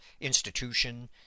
institution